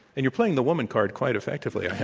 and you're playing the woman card quite effectively.